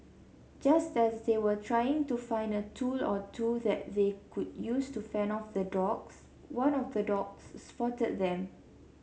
just as they were trying to find a tool or two that they could use to fend off the dogs one of the dogs spotted them